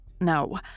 No